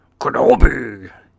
Kenobi